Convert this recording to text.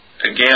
Again